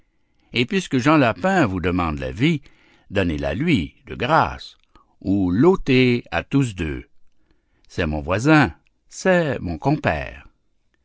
et puisque jean lapin vous demande la vie donnez-la-lui de grâce ou l'ôtez à tous deux c'est mon voisin c'est mon compère